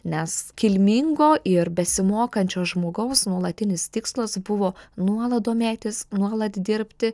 nes kilmingo ir besimokančio žmogaus nuolatinis tikslas buvo nuolat domėtis nuolat dirbti